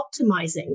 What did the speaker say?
optimizing